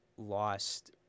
lost